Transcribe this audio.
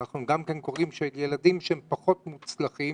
אנחנו גם קוראים שילדים פחות מוצלחים